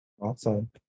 Awesome